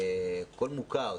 כל מוכר,